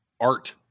art